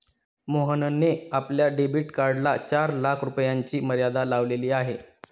मोहनने आपल्या डेबिट कार्डला चार लाख रुपयांची मर्यादा लावलेली आहे